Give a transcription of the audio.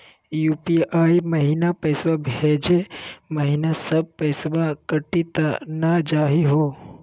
UPI महिना पैसवा भेजै महिना सब पैसवा कटी त नै जाही हो?